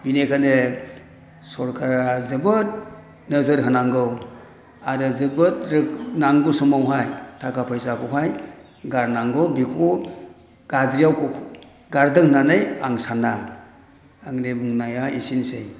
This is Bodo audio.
बेनिखायनो सरकारा जोबोद नोजोर होनांगौ आरो जोबोद नांगौ समावहाय थाखा फैसाखौहाय गारनांगौ बेखौ गाज्रियाव गारदों होननानै आं साना आंनि बुंनाया एसेनोसै